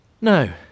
No